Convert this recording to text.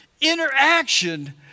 interaction